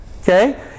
Okay